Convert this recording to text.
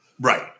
Right